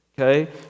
Okay